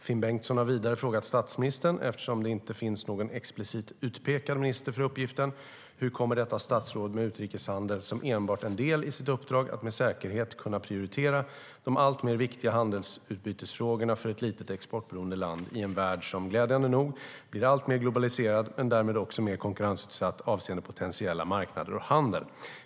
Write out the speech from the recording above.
Finn Bengtsson har vidare frågat statsministern, eftersom det inte finns någon explicit utpekad minister för uppgiften, hur detta statsråd kommer att, med utrikeshandel som enbart en del i sitt uppdrag, med säkerhet kunna prioritera de alltmer viktiga handelsutbytesfrågorna för ett litet exportberoende land i en värld som, glädjande nog, blir alltmer globaliserad men därmed också mer konkurrensutsatt avseende potentiella marknader och handel.